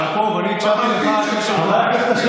יעקב, אני הקשבתי לך קשב רב.